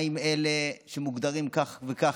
מה עם אלה שמוגדרים כך וכך,